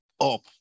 up